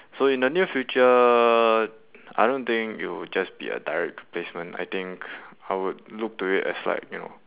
so in the the near future I don't think it will just be a direct replacement I think I would look to it as like you know